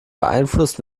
beeinflusst